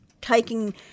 taking